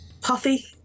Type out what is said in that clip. puffy